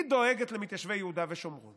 היא דואגת למתיישבי יהודה ושומרון